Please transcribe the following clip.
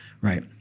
right